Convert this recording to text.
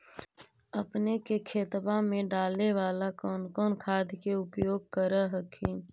अपने के खेतबा मे डाले बाला कौन कौन खाद के उपयोग कर हखिन?